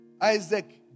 Isaac